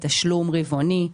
בתשלום רבעוני,